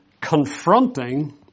confronting